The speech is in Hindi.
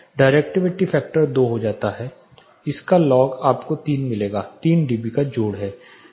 डाइरेक्टिविटी फैक्टर 2 हो जाता है इसका लॉग आपको 3 मिलेगा 3 डीबी का जोड़ है